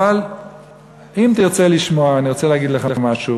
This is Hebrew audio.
אבל אם תרצה לשמוע, אני רוצה להגיד לך משהו,